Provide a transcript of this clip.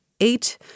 eight